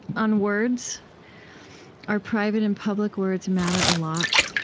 on words our private and public words matter a lot.